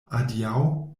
adiaŭ